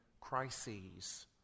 crises